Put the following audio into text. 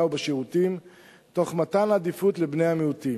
ובשירותים במתן עדיפות לבני המיעוטים.